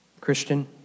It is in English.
Christian